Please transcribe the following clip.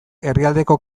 herrialdeko